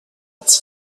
its